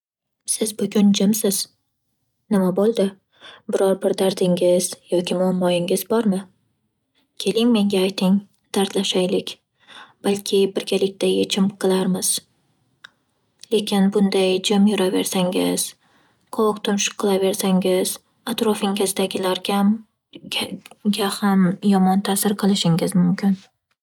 Siz bugun jimsiz Nima bo'ldi? Biror bir dardingiz yoki muammoyingiz bormi? Keling menga ayting. Dardlashaylik! Balki birgalikda yechim qilarmiz. Lekin bunday jim yuraversangiz, qovoq tumshuq qilaversangiz, atrofingizdagilarga-m -ga ham yomon ta'sir qilishingiz mumkin.